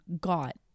got